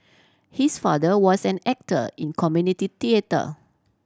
his father was an actor in community theatre